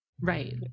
right